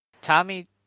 Tommy